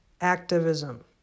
activism